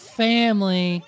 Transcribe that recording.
family